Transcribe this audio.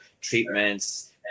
treatments